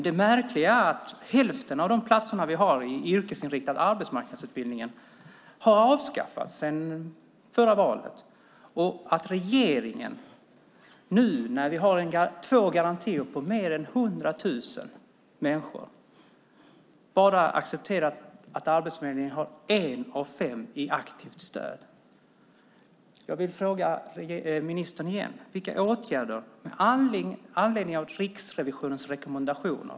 Det märkliga är att hälften av de platser vi hade i yrkesinriktad arbetsmarknadsutbildning har avskaffats sedan det förra valet och att regeringen, nu när vi har två garantier med mer än 100 000 människor, accepterar att Arbetsförmedlingen bara har en av fem i aktivt stöd. Jag vill återigen fråga Sven Otto Littorin vilka åtgärder ministern har vidtagit med anledning av Riksrevisionens rekommendationer.